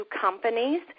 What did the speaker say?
companies